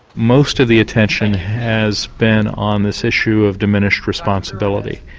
most of the attention has been on this issue of diminished responsibility,